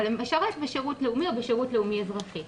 אבל משרת בשירות לאומי או בשירות לאומי אזרחי,